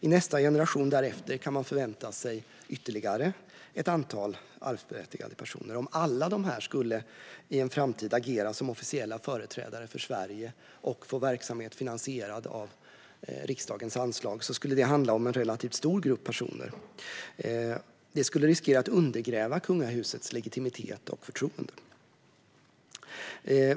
I nästa generation därefter kan man förvänta sig ytterligare ett antal arvsberättigade personer. Om alla dessa i en framtid skulle agera som officiella företrädare för Sverige och få verksamhet finansierad av riksdagens anslag skulle det handla om en relativt stor grupp personer. Detta skulle riskera att undergräva kungahusets legitimitet och förtroende.